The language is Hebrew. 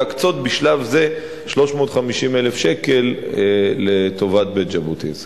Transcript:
להקצות בשלב זה 350,000 ש"ח לטובת בית-ז'בוטינסקי.